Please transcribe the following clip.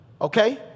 okay